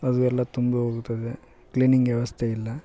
ಅದು ಎಲ್ಲ ತುಂಬಿ ಹೋಗುತ್ತದೆ ಕ್ಲಿನಿಂಗ್ ವ್ಯವಸ್ಥೆಯಿಲ್ಲ